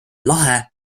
lahe